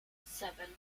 seven